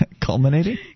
Culminating